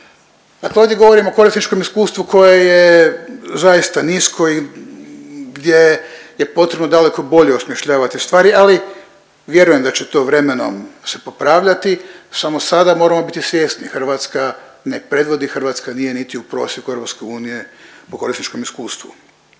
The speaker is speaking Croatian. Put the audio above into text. dakle ovdje govorim o korisničkom iskustvu koje je zaista nisko i gdje je potrebno daleko bolje osmišljavati stvari, ali vjerujem da će to vremenom se popravljati, samo sada moramo biti svjesni, Hrvatska ne predvodi, Hrvatska nije niti u prosjeku EU po korisničkom iskustvu.